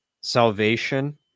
salvation